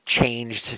changed